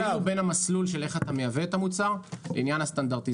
זה כאילו בין המסלול של איך אתה מייבא את המוצר לעניין הסטנדרטיזציה.